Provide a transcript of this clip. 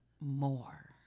more